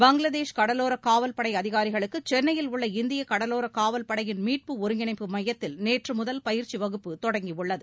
பங்களாதேஷ் கடலோர காவல்படை அதிகாரிகளுக்கு சென்னையில் உள்ள இந்தியக் கடலோரக் காவல் படையின் மீட்பு ஒருங்கிணைப்பு மையத்தில் நேற்று முதல் பயிற்சி வகுப்பு தொடங்கியுள்ளது